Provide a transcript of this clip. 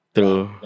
True